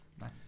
nice